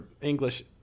English